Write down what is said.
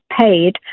paid